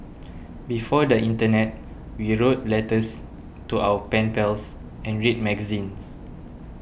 before the internet we wrote letters to our pen pals and read magazines